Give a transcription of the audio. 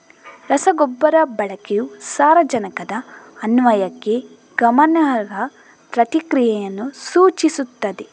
ರಸಗೊಬ್ಬರ ಬಳಕೆಯು ಸಾರಜನಕದ ಅನ್ವಯಕ್ಕೆ ಗಮನಾರ್ಹ ಪ್ರತಿಕ್ರಿಯೆಯನ್ನು ಸೂಚಿಸುತ್ತದೆ